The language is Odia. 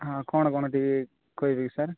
ହଁ କ'ଣ କ'ଣ ଟିକେ କହିବେ କି ସାର୍